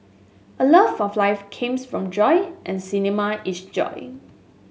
a love of life came from joy and cinema is joy